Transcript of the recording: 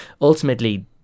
Ultimately